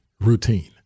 routine